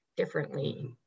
Differently